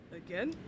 again